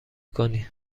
کنی